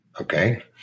okay